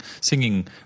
singing